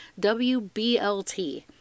WBLT